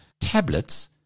tablets